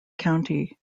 county